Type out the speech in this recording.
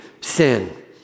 sin